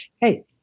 hey